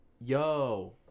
Yo